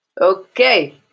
Okay